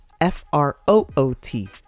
F-R-O-O-T